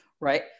right